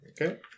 okay